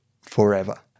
forever